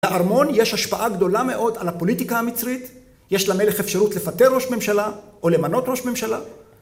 לארמון יש השפעה גדולה מאוד על הפוליטיקה המצרית, יש למלך אפשרות לפטר ראש ממשלה, או למנות ראש ממשלה...